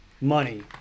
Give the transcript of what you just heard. money